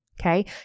okay